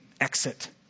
exit